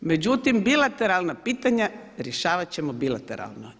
Međutim bilateralna pitanja rješavat ćemo bilateralno.